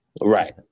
Right